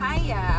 Hiya